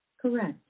Correct